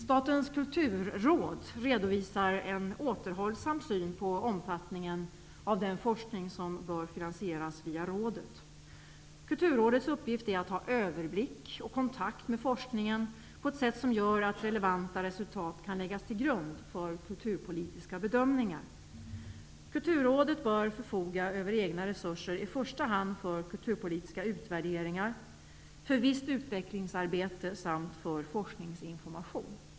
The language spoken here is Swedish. Statens kulturråd redovisar en återhållsam syn på omfattningen av den forskning som bör finansieras via rådet. Kulturrådets uppgift är att ha överblick och kontakt med forskningen på ett sätt som gör att relevanta resultat kan läggas till grund för kulturpolitiska bedömningar. Kulturrådet bör förfoga över egna resurser i första hand för kulturpolitiska utvärderingar, för visst utvecklingsarbete samt för forskningsinformation.